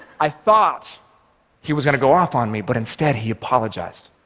i thought he was going to go off on me, but instead he apologized.